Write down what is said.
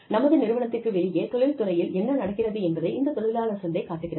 நமது நிறுவனத்திற்கு வெளியே தொழில்துறையில் என்ன நடக்கிறது என்பதை இந்த தொழிலாளர் சந்தை காட்டுகிறது